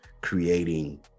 creating